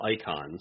icons